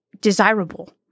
desirable